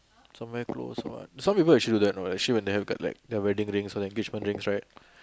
somewhere close some people actually do that you know when they have their wedding rings or engagement rings all that